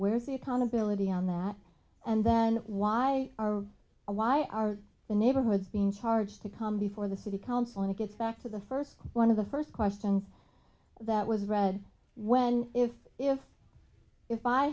where's the accountability on that and then why are why are the neighborhoods being charged to come before the city council and it gets back to the first one of the first questions that was red when if if if i